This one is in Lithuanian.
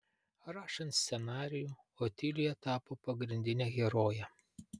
rašant scenarijų otilija tapo pagrindine heroje